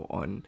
on